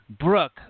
Brooke